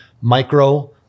micro